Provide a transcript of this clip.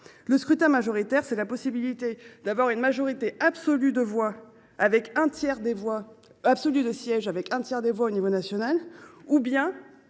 le scrutin majoritaire, il est possible d’avoir une majorité absolue de sièges avec un tiers des voix au niveau national, ou bien